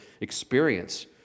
experience